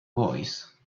voice